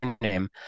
name